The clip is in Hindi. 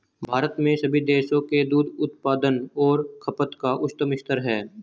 भारत में सभी देशों के दूध उत्पादन और खपत का उच्चतम स्तर है